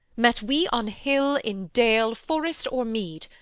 met we on hill, in dale, forest, or mead,